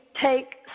take